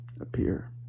appear